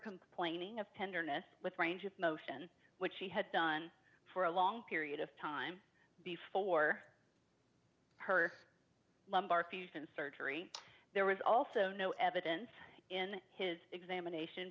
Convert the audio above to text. complaining of tenderness with range of motion which he had done for a long period of time before her lumbar fusion surgery there was also no evidence in his examination